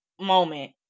moment